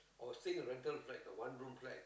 I was staying in a rental flat a one room flat